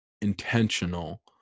intentional